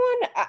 one